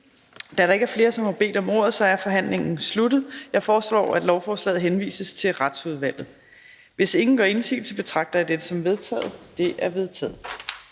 Da der ikke er flere, som har bedt om ordet, er forhandlingen sluttet. Jeg foreslår, at lovforslaget henvises til Retsudvalget. Hvis ingen gør indsigelse, betragter jeg dette som vedtaget. Det er vedtaget.